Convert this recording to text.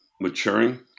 maturing